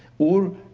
or,